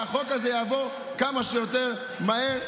והחוק הזה יעבור כמה שיותר מהר.